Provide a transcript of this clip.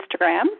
Instagram